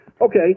Okay